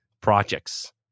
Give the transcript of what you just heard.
projects